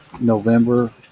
November